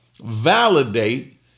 Validate